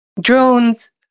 drones